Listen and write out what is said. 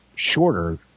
Shorter